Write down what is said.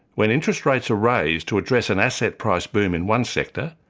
when interest rates are raised to address an asset price boom in one sector,